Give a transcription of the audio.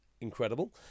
incredible